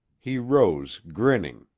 he rose, grinning,